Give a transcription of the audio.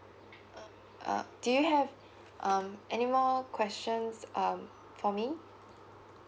uh do you have um any more questions um for me